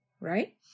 Right